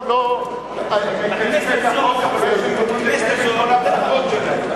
בכנסת הזאת,